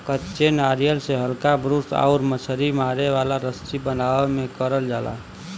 कच्चे नारियल से हल्का ब्रूस आउर मछरी मारे वाला रस्सी बनावे में करल जाला